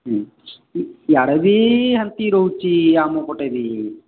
ହୁଁ ଉଁ ଇୟାଡ଼େ ବି ସେମିତି ରହୁଛି ଆମ ପଟେ ବି